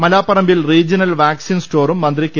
മലാപ്പറമ്പിൽ regional vaccine സ്റ്റോറും മന്ത്രി K